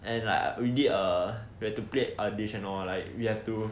and like we did err we have to plate our dishes and all like we have to